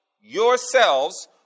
yourselves